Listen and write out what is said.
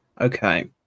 Okay